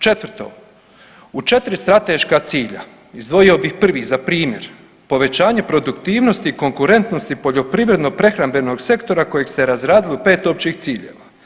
Četvrto, u četiri strateška cilja izdvojio bih prvi za primjer, povećanje produktivnosti i konkurentnosti poljoprivredno-prehrambenog sektora kojeg ste razradili u 5 općih ciljeva.